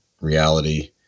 reality